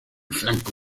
flanco